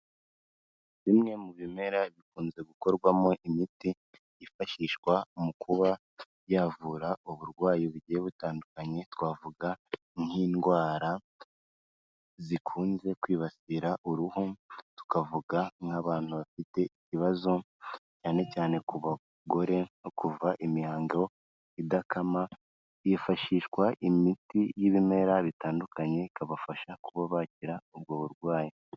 Bimwe mu bimera bikunze gukorwamo imiti yifashishwa mu kuba yavura uburwayi bugiye butandukanye twavuga nk'indwara zikunze kwibasira uruhu tukavuga nk'abantu bafite ibibazo cyane cyane ku bagore nko kuva imihango idakama hifashishwa imiti y'ibimera bitandukanye ikabafasha kuba bakira ubwo burwayi.